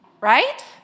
right